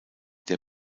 der